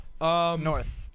North